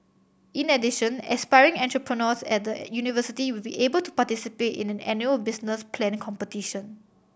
in addition aspiring entrepreneurs at the university will be able to participate in an annual business plan competition